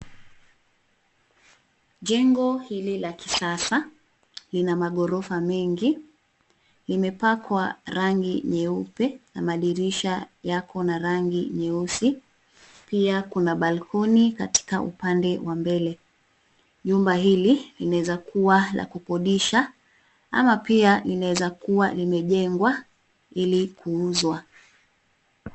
Jengo hili la kisasa lina magorofa mengi, imepakwa rangi nyeupe na madirisha yako na rangi nyeusi, pia kuna balkoni katika upande wa mbele. Nyumba hili linaweza kuwa la kukodisha ama pia linaweza kuwa limejengwa ili kuuzwa.